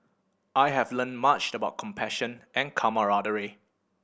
I have learned much about compassion and camaraderie